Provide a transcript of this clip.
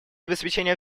обеспечения